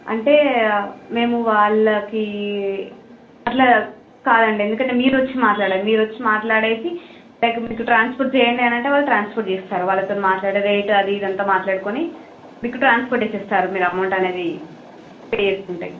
అంటే మేము వాళ్ళకి అలా కాదండి ఎందుకంటే మీరు వచ్చి మాట్లాడాలి మీరు వచ్చి మాట్లాడేసి లేకపోతే ట్రాన్స్పోర్ట్ చేయండి అనంటే వాళ్ళు ట్రాన్స్పోర్ట్ చేస్తారు వాళ్ళతోటి మాట్లాడి రేటు అదిఇది అంతా మాట్లాడుకొని మీకు ట్రాన్స్పోర్ట్ ఇచ్చేస్తారు మీరు అమౌంట్ అనేది పే చేసుకుంటే